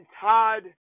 Todd